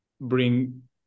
bring